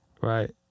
right